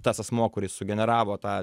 tas asmuo kuris sugeneravo tą